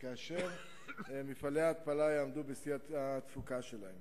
כאשר מפעלי ההתפלה יעמדו בשיא התפוקה שלהם.